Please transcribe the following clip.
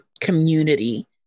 community